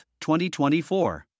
2024